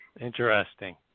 Interesting